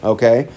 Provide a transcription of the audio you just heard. Okay